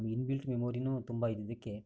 inbuilt ಮೆಮೊರಿಯೂ ತುಂಬ ಇದ್ದಿದ್ದಕ್ಕೆ